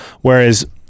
Whereas